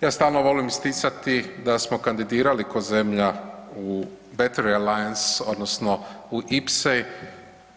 Ja stalno volim isticati da smo kandidirali kao zemlja u Battery lines odnosno u IPSA